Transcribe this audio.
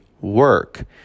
work